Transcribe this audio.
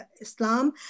Islam